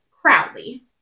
Crowley